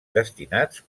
destinats